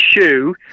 shoe